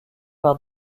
par